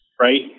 right